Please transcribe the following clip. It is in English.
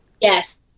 Yes